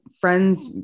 friends